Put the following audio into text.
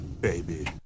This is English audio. baby